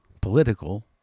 political